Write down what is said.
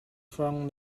from